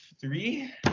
three